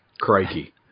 Crikey